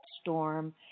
storm